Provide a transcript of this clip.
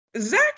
Zach